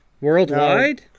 worldwide